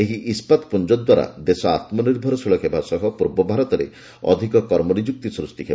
ଏହି ଇସ୍କାତ ପୁଞ୍ଜ ଦ୍ୱାରା ଦେଶ ଆତ୍ମନିର୍ଭରଶୀଳ ହେବା ସହ ପୂର୍ବଭାରତରେ ଅଧିକ କର୍ମନିଯୁକ୍ତି ସୃଷ୍ଟି ହେବ